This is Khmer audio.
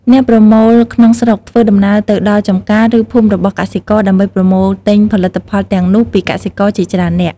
អ្នកប្រមូលក្នុងស្រុកធ្វើដំណើរទៅដល់ចំការ ឬភូមិរបស់កសិករ ដើម្បីប្រមូលទិញផលិតផលទាំងនោះពីកសិករជាច្រើននាក់។